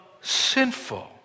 sinful